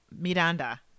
Miranda